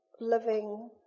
living